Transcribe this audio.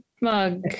mug